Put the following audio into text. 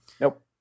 Nope